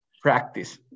practice